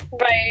Right